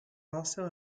also